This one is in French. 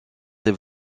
ses